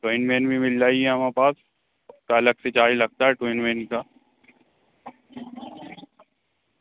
to in one भी मिल जाएगी हमारे पास अलग से चार्ज लगता है टू इन विन का